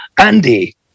Andy